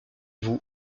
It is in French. vous